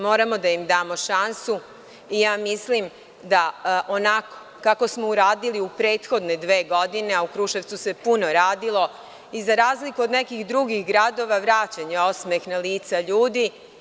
Moramo da im damo šansu i ja mislim da onako kako smo uradili u prethodne dve godine, a u Kruševcu se puno radilo i za razliku od nekih drugih gradova vraćen je osmeh na lica ljudi.